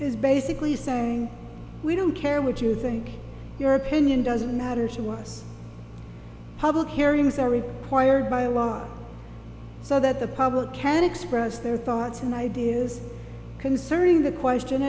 is basically saying we don't care what you think your opinion doesn't matter she was public hearings are required by law so that the public can express their thoughts and ideas concerning the question